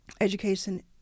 education